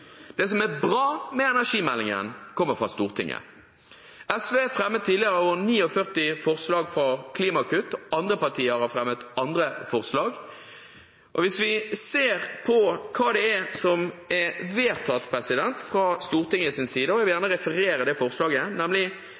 Det som er bra med energimeldingen, kommer fra Stortinget. SV fremmet tidligere i år 49 forslag til klimakutt. Andre partier har fremmet andre forslag. Jeg vil gjerne referere det forslaget jeg forstår kommer til å få enstemmighet her senere i dag: «Stortinget ber regjeringen i forslaget